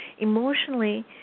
Emotionally